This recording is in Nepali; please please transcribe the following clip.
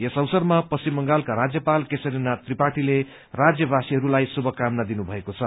यस अवसरमा पश्चिम बंगालका राज्यपाल केशरीनाथ त्रिपाठीले राज्यवासीहरूलाई शुभकामना दिनु भएको छ